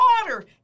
water